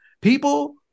People